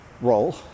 role